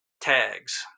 tags